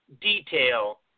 detail